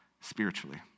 spiritually